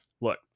look